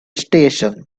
station